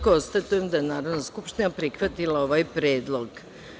Konstatujem da je Narodna skupština prihvatila ovaj predlog.